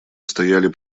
стояли